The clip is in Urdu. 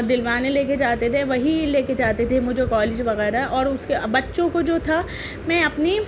دلوانے لے کے جاتے تھے وہی لے کے جاتے تھے مجھے کالج وغیرہ اور اس کے بچوں کو جو تھا میں اپنی